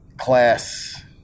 class